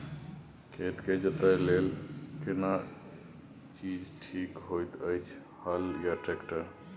खेत के जोतय लेल केना चीज ठीक होयत अछि, हल, ट्रैक्टर?